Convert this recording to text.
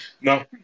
no